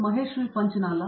Mahesh Panchanala